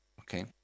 Okay